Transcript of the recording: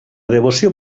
devoció